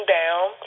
down